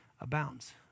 abounds